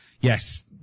yes